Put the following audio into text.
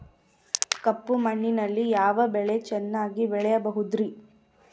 ಕಪ್ಪು ಮಣ್ಣಿನಲ್ಲಿ ಯಾವ ಬೆಳೆ ಚೆನ್ನಾಗಿ ಬೆಳೆಯಬಹುದ್ರಿ?